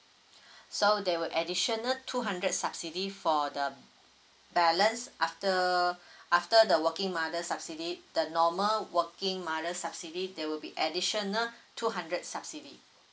so there will additional two hundred subsidy for the balance after after the working mother subsidy the normal working mother subsidy there will be additional two hundred subsidy